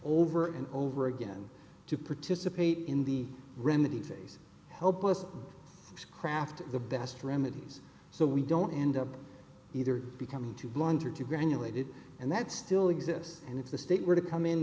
over and over again to participate in the remedy phase help us craft the best remedies so we don't end up either becoming too blunt or too granulated and that still exists and if the state were to come in